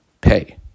pay